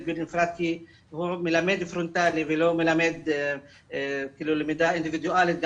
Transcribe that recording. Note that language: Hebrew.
בנפרד כי הוא מלמד פרונטלית ולא למידה אינדיבידואלית,